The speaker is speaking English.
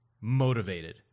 motivated